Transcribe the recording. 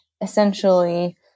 essentially